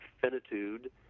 finitude